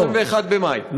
עד 21 במאי.